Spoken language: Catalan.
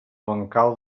bancal